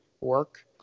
work